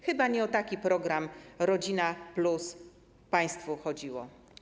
Chyba nie o taki program Rodzina+ państwu chodziło?